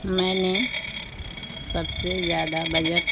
میں نے سب سے زیادہ بجٹ